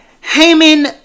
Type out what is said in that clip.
Haman